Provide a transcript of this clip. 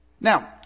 Now